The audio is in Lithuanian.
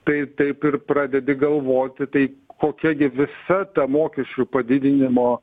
tai taip ir pradedi galvoti tai kokia gi visa ta mokesčių padidinimo